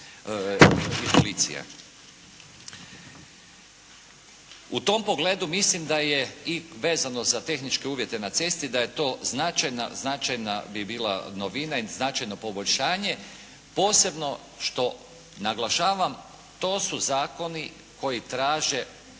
policija. U tom pogledu mislim da je i vezano za tehničke uvjete na cesti da je to značajna, značajna bi bila novina i značajno poboljšanje posebno što naglašavam to su zakoni koji traže